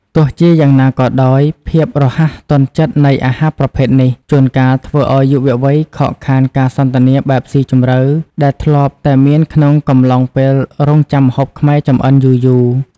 ទោះជាយ៉ាងណាក៏ដោយ ភាពរហ័សទាន់ចិត្តនៃអាហារប្រភេទនេះ ជួនកាលធ្វើឱ្យយុវវ័យខកខានការសន្ទនាបែបស៊ីជម្រៅដែលធ្លាប់តែមានក្នុងកំឡុងពេលរង់ចាំម្ហូបខ្មែរចំអិនយូរៗ។